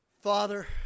Father